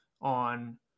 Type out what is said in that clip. on